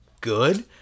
good